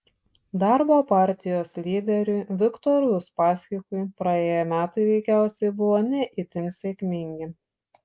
darbo partijos lyderiui viktorui uspaskichui praėję metai veikiausiai buvo ne itin sėkmingi